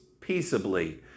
peaceably